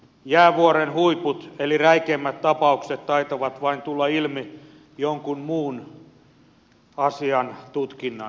jäävuoren huiput eli räikeimmät tapaukset taitavat vain tulla ilmi jonkun muun asian tutkinnan yhteydessä